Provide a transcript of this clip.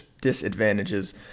disadvantages